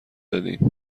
دادیدن